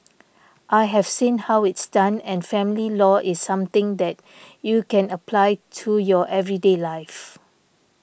I have seen how it's done and family law is something that you can apply to your everyday life